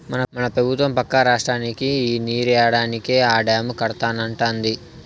మన పెబుత్వం పక్క రాష్ట్రానికి నీరియ్యడానికే ఆ డాము కడతానంటాంది